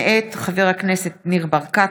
מאת חברי הכנסת עאידה תומא סלימאן,